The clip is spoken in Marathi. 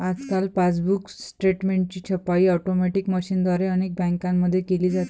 आजकाल पासबुक स्टेटमेंटची छपाई ऑटोमॅटिक मशीनद्वारे अनेक बँकांमध्ये केली जाते